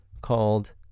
called